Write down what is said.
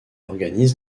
organise